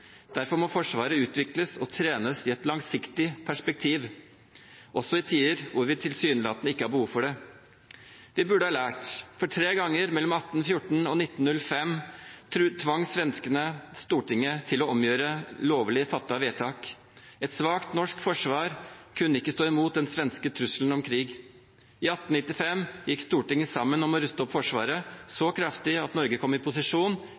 Derfor må Forsvaret utvikles og trenes i et langsiktig perspektiv, også i tider da vi tilsynelatende ikke har behov for det. Vi burde ha lært, for tre ganger mellom 1814 og 1905 tvang svenskene Stortinget til å omgjøre lovlig fattede vedtak. Et svakt norsk forsvar kunne ikke stå imot den svenske trusselen om krig. I 1895 gikk Stortinget sammen om å ruste opp Forsvaret så kraftig at Norge kom i posisjon